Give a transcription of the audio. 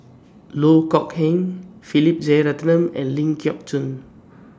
Loh Kok Heng Philip Jeyaretnam and Ling Geok Choon